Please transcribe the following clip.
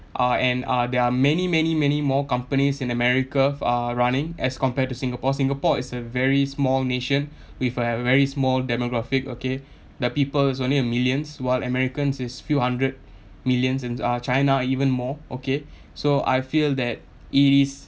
uh and uh there are many many many more companies in america are running as compared to singapore singapore is a very small nation with a very small demographic okay the people's only a millions while americans is few hundred millions and uh china even more okay so I feel that it is